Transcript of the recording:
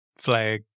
flag